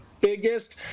biggest